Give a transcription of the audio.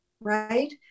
right